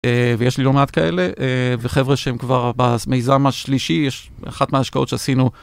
ויש לי לא מעט כאלה, וחבר'ה שהם כבר במיזם השלישי, יש... אחת מההשקעות שעשינו.